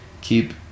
keep